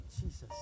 Jesus